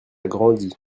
grandi